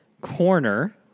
corner